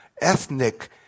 Ethnic